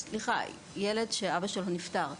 ילד שאבא שלו נפטר.